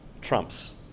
trumps